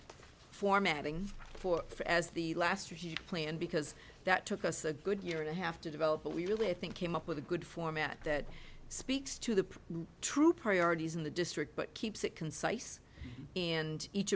for for as the last play and because that took us a good year and a half to develop but we really i think came up with a good format that speaks to the true priorities in the district but keeps it concise and each